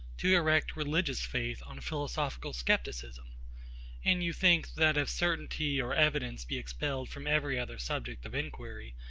to erect religious faith on philosophical scepticism and you think, that if certainty or evidence be expelled from every other subject of inquiry,